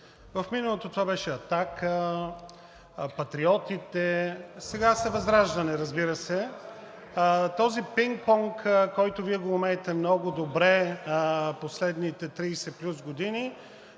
В миналото това беше Атака, Патриотите, сега са ВЪЗРАЖДАНЕ, разбира се. Този пинг понг, който Вие го умеете много добре, последните 30 плюс години,